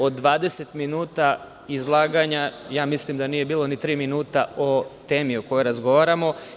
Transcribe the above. Od 20 minuta izlaganja, mislim da nije bilo ni tri minuta o temi o kojoj razgovaramo.